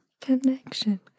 Connection